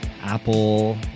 apple